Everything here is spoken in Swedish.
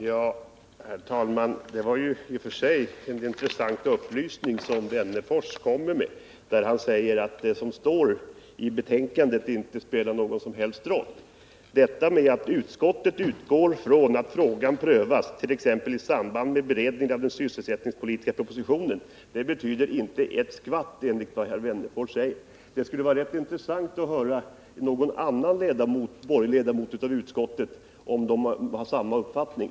Herr talman! Det var i och för sig en intressant upplysning som herr Wennerfors ger, när han säger att det som står i betänkandet inte spelar någon som helst roll. Detta att utskottet utgår från att frågan skall prövas, t.ex. i samband med beredning av den sysselsättningspolitiska propositionen, betyder inte ett skvatt, enligt vad herr Wennerfors säger. Det skulle vara rätt intressant att höra om någon annan borgerlig ledamot av utskottet har samma uppfattning.